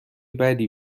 بدی